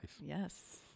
Yes